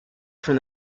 from